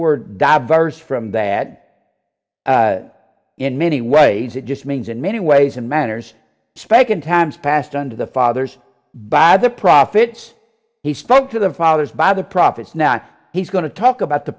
word diverse from that in many ways it just means in many ways and manners speck in times past under the father's by the profits he spoke to the fathers by the prophets not he's going to talk about the